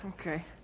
Okay